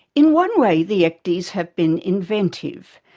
in one way the ecdies have been inventive.